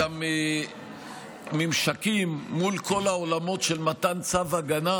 יש כאן גם ממשקים מול כל העולמות של מתן צו הגנה